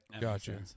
Gotcha